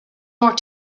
more